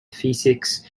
physics